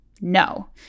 No